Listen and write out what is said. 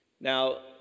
Now